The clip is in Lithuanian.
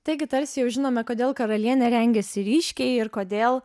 taigi tarsi jau žinome kodėl karalienė rengiasi ryškiai ir kodėl